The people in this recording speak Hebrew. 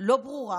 לא ברורה.